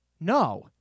No